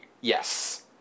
Yes